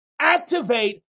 activate